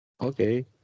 Okay